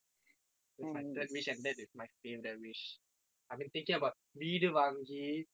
that is my third wish and that is my favourite wish I've been thinking about வீடு வாங்கி:vidu vaangi